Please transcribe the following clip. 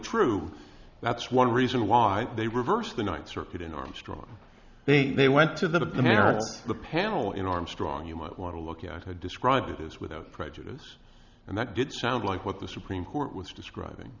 true that's one reason why they reversed the ninth circuit in armstrong they went to the barrel of the panel in armstrong you might want to look at her describe it as without prejudice and that did sound like what the supreme court was describing